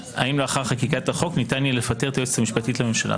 האם לאחר חקיקת החוק ניתן יהיה לפטר את היועצת המשפטית לממשלה.